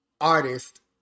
artist